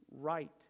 right